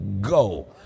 go